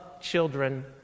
children